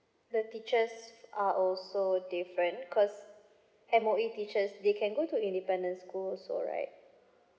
the teachers are also different cause M_O_E teachers they can go to independence school also right